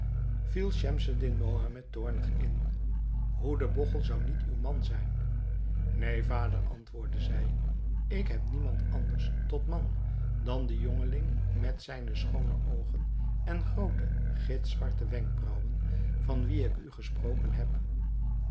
viel schemseddin mohammed toornig in hoe de bogchel zou niet uw man zijn neen vader antwoordde zij ik heb niemand anders tot man dan den jongeling met zijne schoone oogen en groote gitzwarte wenkbraauwen van wien ik u gesproken heb